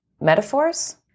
metaphors